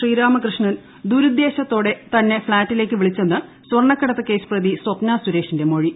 ശ്രീരാമകൃഷ്ണൻ ദുരുദ്ദേശ്യത്തോടെ തന്നെ ഫ്ളാറ്റിലേക്കു വിളിച്ചെന്നു സ്വർണക്കടത്ത് കേസ് പ്രതി സ്പപ്ന സുരേഷിന്റെ മൊഴി